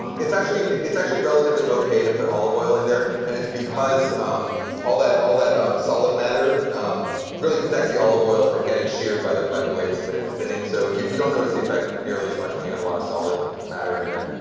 it's actually it's actually relatively ok to put olive oil in there. and it's because all that all that um solid matter really protects the olive oil from getting sheared by the by the blades but spinning. so you you don't notice the effect nearly as much when you have a lot of solid matter in there.